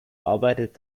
arbeitet